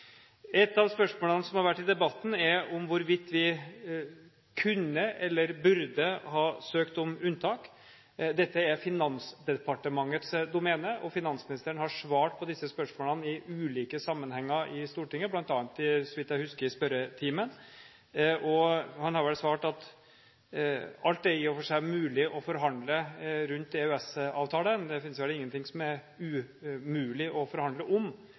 Et av spørsmålene i debatten er om vi kunne eller burde ha søkt om unntak. Dette er Finansdepartementets domene, og finansministeren har svart på disse spørsmålene i ulike sammenhenger i Stortinget, bl.a., så vidt jeg husker, i spørretimen. Han har vel svart at alt er i og for seg mulig å forhandle om rundt EØS-avtalen, det finnes vel ingenting som er umulig å forhandle om,